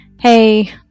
hey